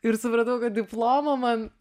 ir supratau kad diplomo man